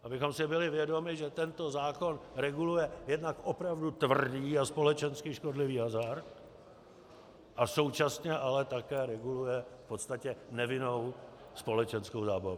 Abychom si byli vědomi, že tento zákon reguluje jednak opravdu tvrdý a společensky škodlivý hazard a současně ale také reguluje v podstatě nevinnou společenskou zábavu.